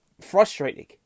frustrating